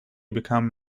become